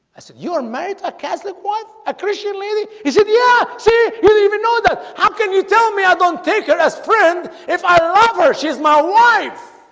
i said you made a catholic was a christian meaning is it? yeah, she didn't even know that. how can you tell me? i don't take her as friend if i love her she's my wife